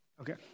Okay